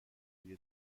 روی